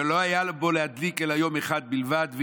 ולא היה בו להדליק אלא יום אחד בלבד,